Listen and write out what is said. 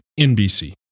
NBC